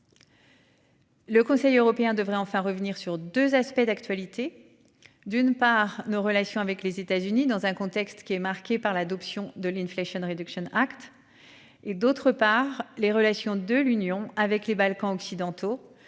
Le Conseil européen devrait enfin revenir sur 2 aspects d'actualité. D'une part nos relations avec les États-Unis dans un contexte qui est marqué par l'adoption de ligne flèche réduction Act. Et d'autre part les relations de l'Union avec les Balkans occidentaux